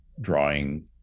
drawing